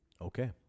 Okay